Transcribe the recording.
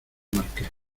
marqués